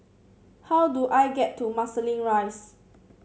how do I get to Marsiling Rise